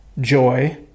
joy